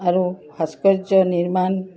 আৰু ভাস্কৰ্য নিৰ্মাণ